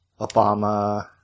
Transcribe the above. Obama